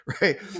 right